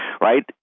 right